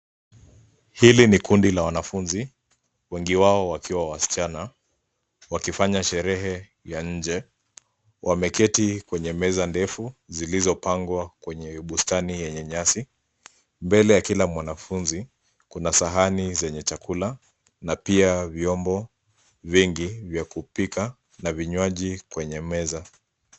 Hili ni kundi la wanafunzi wengi wao wakiwa wasichana wakifanya sherehe ya nje wameketi kwenye meza ndefu zilizopangwa kwenye bustani yenye nyasi mbele ya kila mwanafunzi kuna sahani zenye chakula na pia vyombo vingi vya kupika na vinywaji kwenye meza.